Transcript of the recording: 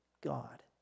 God